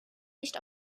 nicht